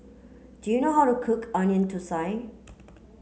do you know how to cook onion Thosai